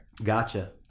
Gotcha